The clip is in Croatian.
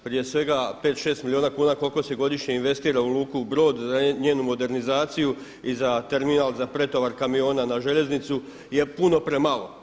Prije svega, 5, 6 milijuna kuna koliko se godišnje investira u luku Brod, na njenu modernizaciju i za terminal za pretovar kamiona na željeznicu, je puno premalo.